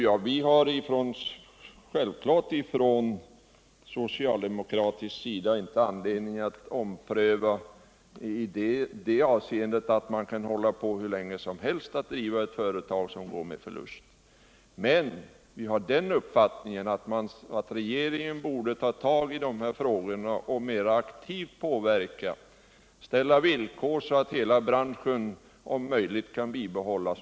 Vidare vill jag säga att vi från socialdemokratisk sida självfallet inte har anledning att ompröva vårt ställningstagande i det avseendet att man kan hålla på och driva ett företag som går med förlust hur länge som helst. Men vi har den uppfattningen att regeringen borde ta tag i de här frågorna och mera aktivt påverka företagen genom att ställa villkor, så att hela branschen om möjligt kan bibehållas.